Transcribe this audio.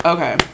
Okay